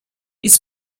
its